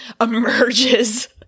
emerges